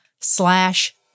slash